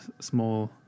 small